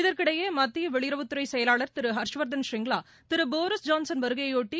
இதற்கிடையே மத்திய வெளியுறவுத்துறை செயலாளர் திரு ஹர்ஷ்வர்தன் ஸ்ரிங்ளா திரு போரிஸ் ஜான்சன் வருகையைபொட்டி